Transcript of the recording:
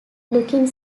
looking